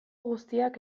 guztiak